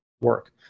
work